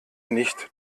nicht